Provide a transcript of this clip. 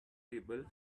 table